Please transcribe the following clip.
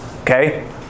Okay